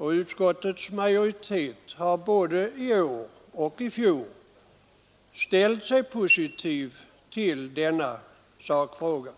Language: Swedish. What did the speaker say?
Utskottets majoritet har både i år och i fjol ställt sig positiv till denna sakfråga.